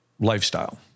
Lifestyle